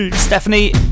Stephanie